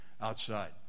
outside